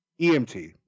EMT